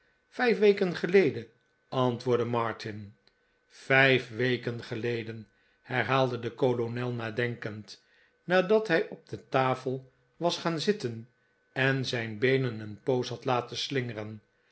vijf weken geleden antwoordde martin vijf weken geleden herhaalde de kolonel nadenkend nadat hij op de tafel was gaan zitten en zijn beenen een poos had laten slingeren